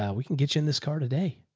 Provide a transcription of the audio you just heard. yeah we can get you in this car today.